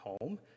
home